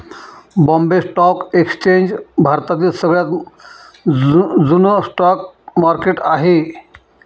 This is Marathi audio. बॉम्बे स्टॉक एक्सचेंज भारतातील सगळ्यात जुन स्टॉक मार्केट आहे